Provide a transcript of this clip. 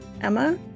Emma